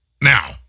Now